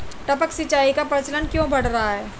टपक सिंचाई का प्रचलन क्यों बढ़ रहा है?